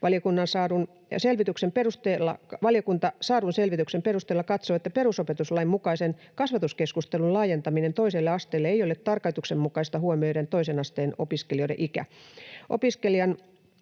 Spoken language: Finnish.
koulutukseen. Saadun selvityksen perusteella valiokunta katsoo, että perusopetuslain mukaisen kasvatuskeskustelun laajentaminen toiselle asteelle ei ole tarkoituksenmukaista huomioiden toisen asteen opiskelijoiden ikä.